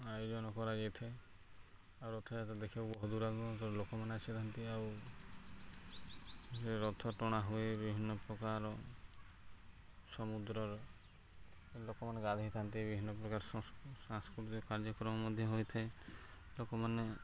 ଆୟୋଜନ କରାଯାଇଥାଏ ଆଉ ରଥଯାତ୍ରା ଦେଖିବାକୁ ବହୁତ ଦୂର ଦୂରରୁ ଲୋକମାନେ ଆସିଥାନ୍ତି ଆଉ ରଥ ଟଣା ହୁଏ ବିଭିନ୍ନ ପ୍ରକାର ସମୁଦ୍ରରେ ଲୋକମାନେ ଗାଧୋଇଥାନ୍ତି ବିଭିନ୍ନ ପ୍ରକାର ସାଂସ୍କୃତିକ କାର୍ଯ୍ୟକ୍ରମ ମଧ୍ୟ ହୋଇଥାଏ ଲୋକମାନେ